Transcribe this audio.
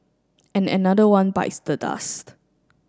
and another one bites the dust